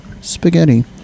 spaghetti